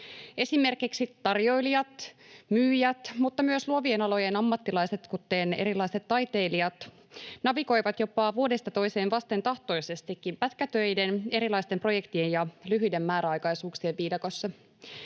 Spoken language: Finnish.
Esimerkiksi tarjoilijat, myyjät mutta myös luovien alojen ammattilaiset, kuten erilaiset taiteilijat, navigoivat jopa vuodesta toiseen vastentahtoisestikin pätkätöiden, erilaisten projektien ja lyhyiden määräaikaisuuksien viidakossa.